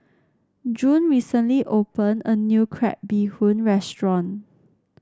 June recently opened a new Crab Bee Hoon restaurant